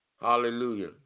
Hallelujah